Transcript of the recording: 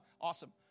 Awesome